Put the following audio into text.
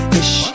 ish